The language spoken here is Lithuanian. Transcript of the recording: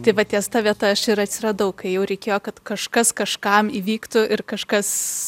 tai va ties ta vieta aš ir atsiradau kai jau reikėjo kad kažkas kažkam įvyktų ir kažkas